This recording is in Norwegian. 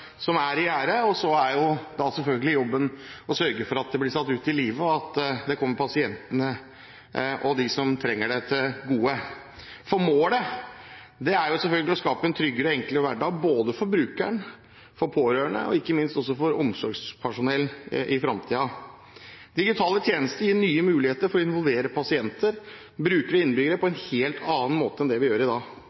som er i gjære. Så er jobben selvfølgelig å sørge for at det blir satt ut i livet, og at det kommer pasientene og dem som trenger det, til gode. Målet er selvfølgelig å skape en tryggere og enklere hverdag, både for brukeren, for pårørende og ikke minst for omsorgspersonell i framtiden. Digitale tjenester gir nye muligheter til å involvere pasienter, brukere og innbyggere på en helt annen måte enn det vi gjør i dag.